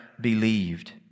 believed